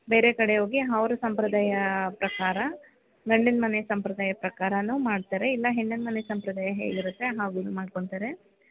ಬೇರೆ ಕಡೆ ಹೋಗಿ ಅವ್ರ ಸಂಪ್ರದಾಯ ಪ್ರಕಾರ ಗಂಡಿನ ಮನೆ ಸಂಪ್ರದಾಯದ ಪ್ರಕಾರನೂ ಮಾಡ್ತಾರೆ ಇಲ್ಲ ಹೆಣ್ಣಿನ ಮನೆ ಸಂಪ್ರದಾಯ ಹೇಗಿರುತ್ತೆ ಹಾಗು ಮಾಡ್ಕೊಳ್ತಾರೆ